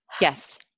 Yes